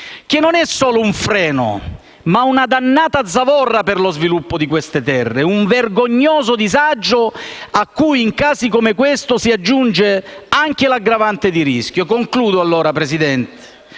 che non è solo un freno, ma una dannata zavorra per lo sviluppo di queste terre, un vergognoso disagio a cui in casi come questo si aggiunge anche l'aggravante di rischio. Concludo questo